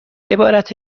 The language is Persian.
عبارت